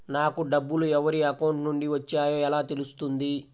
నాకు డబ్బులు ఎవరి అకౌంట్ నుండి వచ్చాయో ఎలా తెలుస్తుంది?